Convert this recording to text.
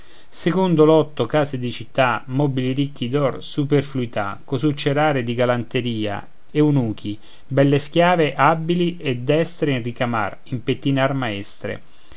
secondo lotto case di città mobili ricchi d'or superfluità cosucce rare di galanteria eunuchi belle schiave abili e destre in ricamar in pettinar maestre